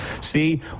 See